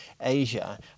Asia